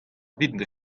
evit